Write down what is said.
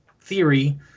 theory